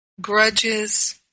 grudges